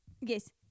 Yes